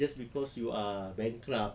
just cause you are bankrupt